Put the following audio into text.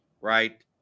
Right